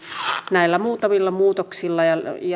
näillä muutamilla muutoksilla